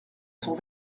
son